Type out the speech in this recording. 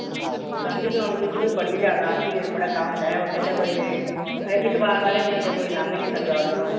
ਹਾਂ ਗਾਂਧੀ ਚੌਂਕ ਵਿੱਚ ਵੀ ਬੜੀ ਜ਼ਿਆਦਾ ਭੀੜ ਭੜੱਕਾ ਹੁੰਦਾ ਉੱਥੇ ਤਾਂ ਕੋਈ ਅ ਐਤਵਾਰ ਵਾਲੇ ਦਿਨ ਤਾਂ ਕੋਈ ਲੰਘ ਨਹੀਂ ਸਕਦਾ ਉੱਧਰੋਂ